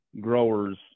growers